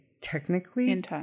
technically